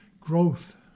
growth